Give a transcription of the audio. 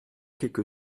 quelque